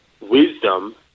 wisdom